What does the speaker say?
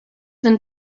then